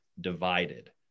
divided